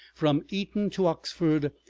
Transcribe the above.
from eton to oxford,